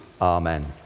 Amen